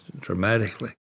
dramatically